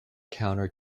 counter